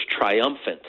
triumphant